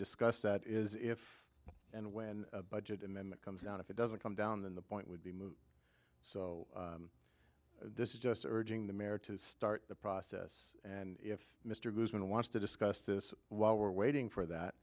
discuss that is if and when a budget and then the comes down if it doesn't come down then the point would be moot so this is just urging the mare to start the process and if mr goodman wants to discuss this while we're waiting for that